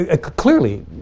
clearly